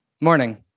Morning